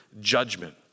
judgment